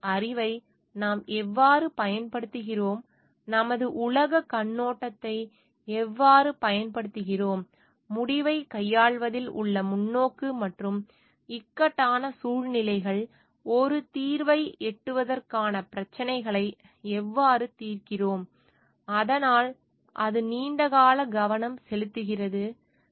எனவே நமது அறிவை நாம் எவ்வாறு பயன்படுத்துகிறோம் நமது உலகக் கண்ணோட்டத்தை எவ்வாறு பயன்படுத்துகிறோம் முடிவைக் கையாள்வதில் உள்ள முன்னோக்கு மற்றும் இக்கட்டான சூழ்நிலைகள் ஒரு தீர்வை எட்டுவதற்கான பிரச்சினைகளை எவ்வாறு தீர்க்கிறோம் அதனால் அது நீண்டகால கவனம் செலுத்துகிறது